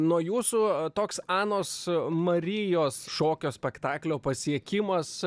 nuo jūsų toks anos marijos šokio spektaklio pasiekimas